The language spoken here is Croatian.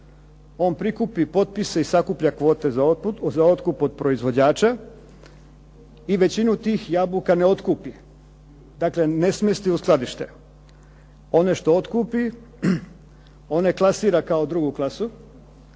On prikupi potpise i sakuplja kvote za otkup od proizvođača i većinu tih jabuka ne otkupi. Dakle, ne smjesti u skladište. One što otkupi, one klasira kao drugu klasu,